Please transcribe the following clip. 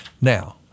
Now